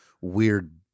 Weird